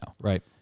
Right